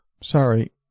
Sorry